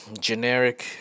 generic